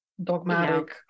Dogmatic